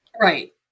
Right